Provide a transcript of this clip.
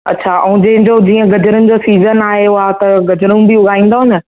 अच्छा ऐं जंहिंजो जीअं गजरुनि जो सीज़न आहियो आहे त गजरूं बि उगाईंदव न